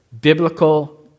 biblical